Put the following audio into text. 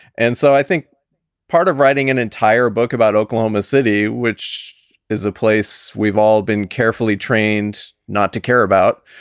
and so i think part of writing an entire book about oklahoma city, which is a place we've all been carefully trained not to care about,